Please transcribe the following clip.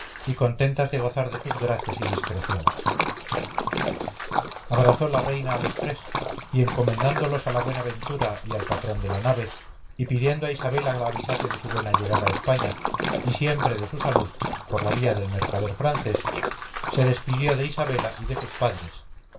y contentas de gozar de sus gracias y discreciones abrazó la reina a los tres y encomendándolos a la buena ventura y al patrón de la nave y pidiendo a isabela la avisase de su buena llegada a españa y siempre de su salud por la vía del mercader francés se despidió de isabela y de sus padres